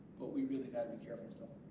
but we really gotta be careful still.